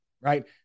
right